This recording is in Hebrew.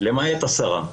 למעט עשרה.